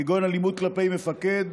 כגון אלימות כלפי מפקד,